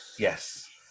yes